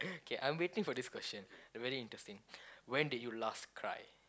K I am waiting for this question very interesting when did you last cry